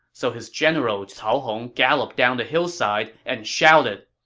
so his general cao hong galloped down the hillside and shouted,